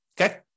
Okay